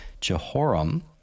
Jehoram